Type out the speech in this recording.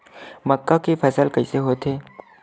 मक्का के फसल कइसे होथे?